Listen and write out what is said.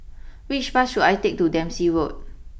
which bus should I take to Dempsey Road